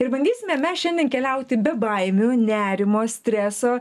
ir bandysime mes šiandien keliauti be baimių nerimo streso